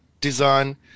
design